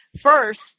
first